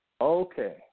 Okay